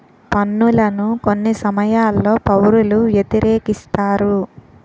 పన్నులను కొన్ని సమయాల్లో పౌరులు వ్యతిరేకిస్తారు